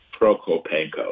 Prokopenko